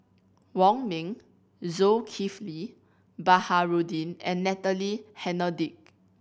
Wong Ming Zulkifli Baharudin and Natalie Hennedige